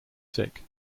sick